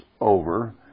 over